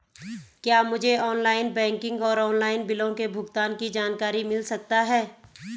क्या मुझे online banking और ऑनलाइन बिलों के भुगतान की जानकारी मिल सकता है?